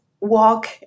walk